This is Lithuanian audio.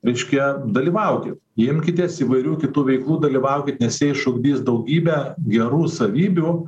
reiškia dalyvaukit imkitės įvairių kitų veiklų dalyvaukit nes jie išugdys daugybę gerų savybių